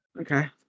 Okay